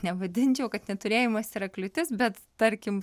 nevadinčiau kad neturėjimas yra kliūtis bet tarkim